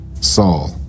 Saul